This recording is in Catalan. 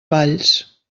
valls